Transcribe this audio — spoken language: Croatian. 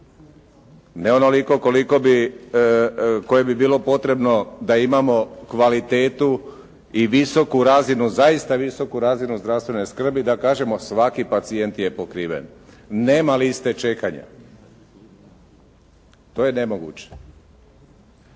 Ne onoliko koliko bi bilo potrebno da imamo kvalitetu i visoku razinu, zaista visoku razinu zdravstvene skrbi da kažemo svaki pacijent je pokriven. Nema liste čekanja. To je nemoguće.